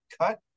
cut